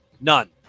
None